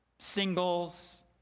singles